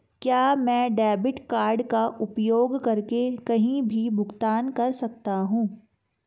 क्या मैं debit card का उपयोग करके कहीं भी भुगतान कर सकता हूं?